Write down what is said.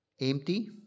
empty